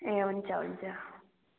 ए हुन्छ हुन्छ